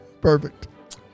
Perfect